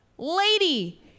Lady